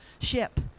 ship